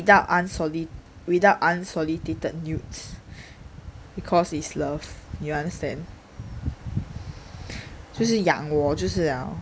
with~ without unsolicited nudes because it's love you understand 就是养我就是了